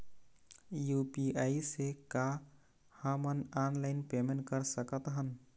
UPI से का हमन ऑनलाइन पेमेंट कर सकत हन?